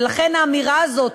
ולכן האמירה הזאת,